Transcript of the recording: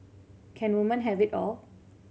can woman have it all